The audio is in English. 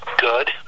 good